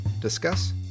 discuss